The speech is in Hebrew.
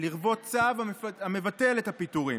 לרבות צו המבטל את הפיטורים.